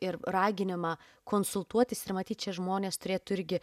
ir raginimą konsultuotis ir matyt čia žmonės turėtų irgi